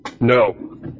No